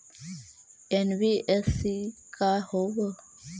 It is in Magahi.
एन.बी.एफ.सी का होब?